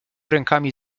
rękami